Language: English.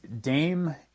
Dame